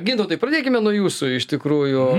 gintautai pradėkime nuo jūsų iš tikrųjų